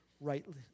rightly